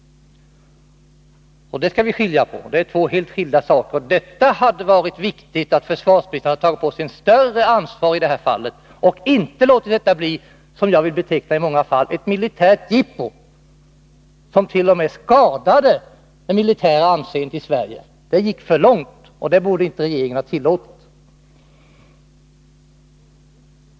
Det är två helt skilda saker som vi måste hålla isär. Det hade varit riktigt att försvarsministern hade tagit på sig ett större ansvar i detta fall och inte låtit det bli — som jag vill beteckna det — ett militärt jippo, som t.o.m. skadade det militära anseendet i Sverige. Det gick för långt, och det borde inte regeringen ha tillåtit.